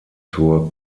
zur